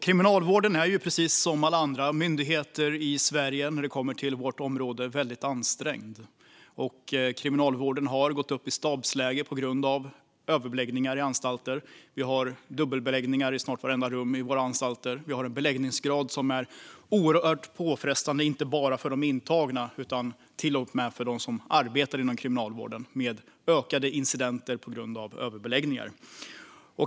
Kriminalvården är precis som alla andra myndigheter i Sverige när det kommer till vårt område väldigt ansträngd. Kriminalvården har gått upp i stabsläge på grund av överbeläggningar på anstalter. Vi har dubbelbeläggningar i snart vartenda rum på våra anstalter. Vi har en beläggningsgrad som är oerhört påfrestande, inte bara för de intagna utan också för dem som arbetar inom kriminalvården. Incidenterna ökar på grund av överbeläggningar.